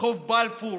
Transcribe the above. רחוב בלפור